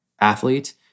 athlete